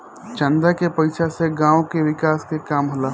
चंदा के पईसा से गांव के विकास के काम होला